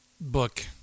book